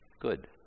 good